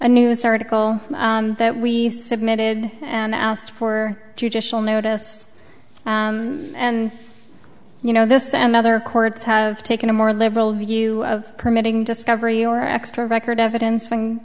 a news article that we submitted and asked for judicial notice and you know this and other courts have taken a more liberal view of permitting discovery or extra record evidence w